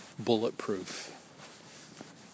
bulletproof